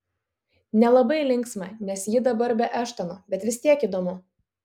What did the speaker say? nelabai linksma nes ji dabar be eštono bet vis tiek įdomu